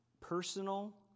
Personal